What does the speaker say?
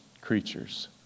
creatures